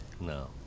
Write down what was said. No